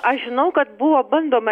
aš žinau kad buvo bandoma